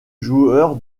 joueur